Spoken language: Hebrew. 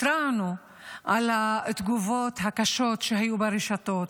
התרענו על התגובות הקשות שהיו ברשתות.